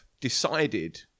decided